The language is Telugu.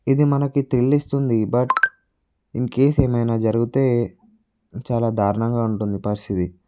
ఇది మనకి త్రిల్ ఇస్తుంది బట్ ఇన్ కేస్ ఏమైనా జరిగితే చాలా దారుణంగా ఉంటుంది పరిస్థితి